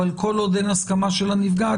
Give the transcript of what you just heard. אבל כל עוד אין הסכמה של הנפגעת,